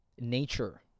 nature